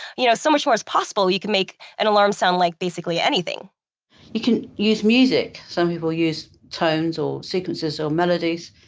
you know so much more is possible. you can make an alarm sound like basically anything you can use music. some people use tones or sequences or melodies.